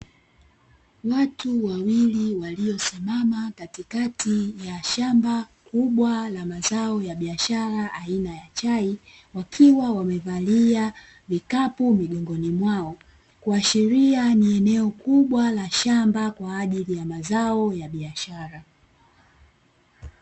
Watu wawili waliosimama katikati ya shamba kubwa la mazao ya biashara aina ya chai wakiwa wamevalia vikapu migongoni mwao, kuashiria ni eneo kubwa la shamba kwa ajili ya mazao ya biashara.